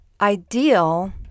ideal